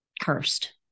cursed